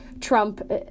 Trump